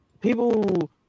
people